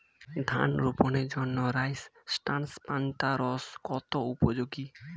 ধান রোপণের জন্য রাইস ট্রান্সপ্লান্টারস্ কতটা উপযোগী?